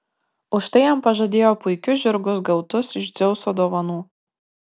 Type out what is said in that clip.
už tai jam pažadėjo puikius žirgus gautus iš dzeuso dovanų